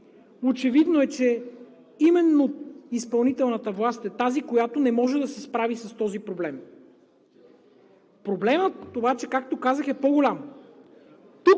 Очевидно е, че именно изпълнителната власт е тази, която не може да се справи с този проблем. Проблемът обаче, както казах, е по голям.